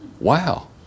wow